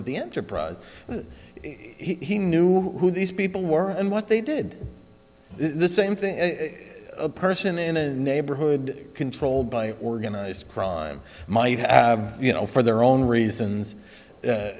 of the enterprise he knew who these people were and what they did this same thing a person in a neighborhood controlled by organized crime might have you know for their own